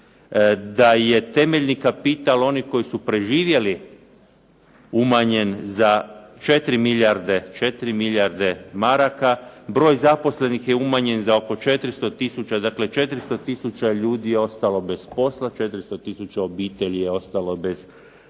Da je temeljni kapital onih koji su preživjeli umanjen za 4 milijarde maraka, broj zaposlenih je umanjen za oko 400 tisuća. Dakle, 400 ljudi je ostalo bez posla, 400 tisuća obitelji je ostalo bez prihoda.